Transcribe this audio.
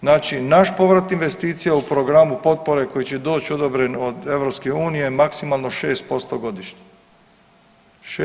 Znači naš povrat investicija u programu potpore koji će doći odobren od EU maksimalno 6% godišnje.